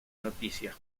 noticias